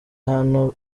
hano